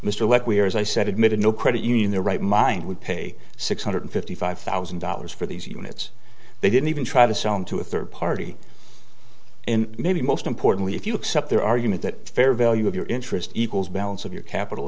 what we are as i said admitted no credit union their right mind would pay six hundred fifty five thousand dollars for these units they didn't even try to sell it to a third party and maybe most importantly if you accept their argument that fair value of your interest equals balance of your capital